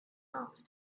off